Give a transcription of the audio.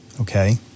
Okay